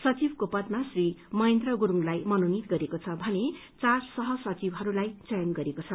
सचिवको पदमा श्री महेन्द्र गुरूङलाइ मनोनित गरिएको छ भने चार सह सचिवहरूलाई चयन गरिएको छ